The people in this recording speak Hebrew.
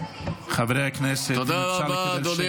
חברי הכנסת, אם אפשר לקבל שקט.